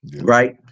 Right